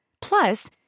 Plus